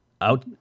out